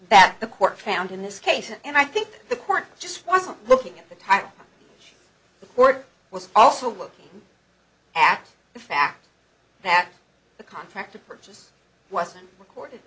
that the court found in this case and i think the court just wasn't looking at the time the court was also looking at the fact that the contract of purchase wasn't recorded